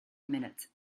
minutes